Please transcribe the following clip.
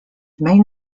main